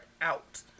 out